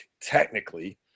technically